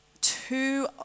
two